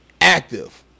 Active